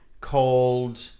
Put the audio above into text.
called